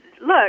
look